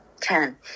ten